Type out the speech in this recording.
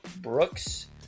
Brooks